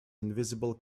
invisible